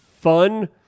fun